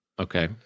Okay